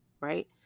right